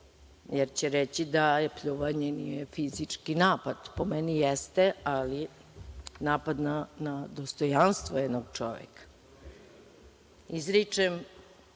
jer će reći da pljuvanje nije fizički napad, po meni jeste, ali napad na dostojanstvo jednog čoveka. Izričem